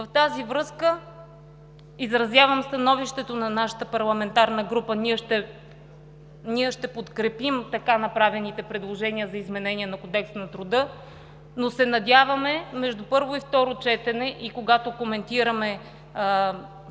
В тази връзка заявявам становището на нашата парламентарна група – ние ще подкрепим така направените предложения за изменение на Кодекса на труда, но се надяваме между първо и второ четене и когато коментираме